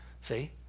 See